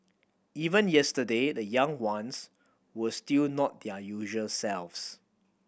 even yesterday the young ones were still not their usual selves